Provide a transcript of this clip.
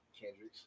Kendrick's